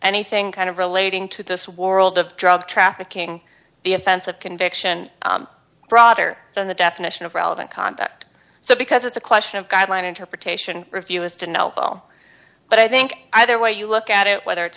anything kind of relating to this world of drug trafficking the offense of conviction broader than the definition of relevant conduct so because it's a question of guideline interpretation if you is to know all but i think either way you look at it whether it's